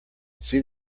see